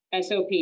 SOP